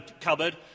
cupboard